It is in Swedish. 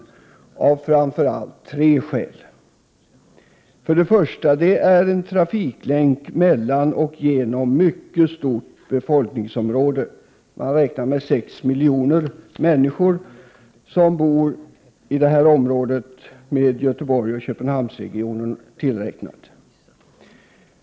Detta behövs av framför allt tre skäl: För det första är Bohusbanan en trafiklänk i ett mycket tätbefolkat område. 6 miljoner människor beräknas bo i området —- Göteborgsoch Köpenhamnsregionerna inräknade.